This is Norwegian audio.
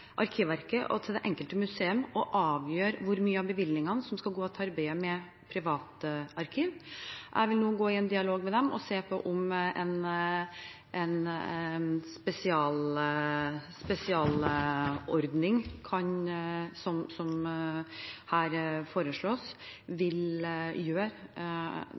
Arkivverket og til det enkelte museum å avgjøre hvor mye av bevilgningene som skal gå til arbeidet med private arkiv. Jeg vil nå gå i dialog med dem og se på om en spesialordning, som her foreslås, vil gjøre